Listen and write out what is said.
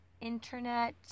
internet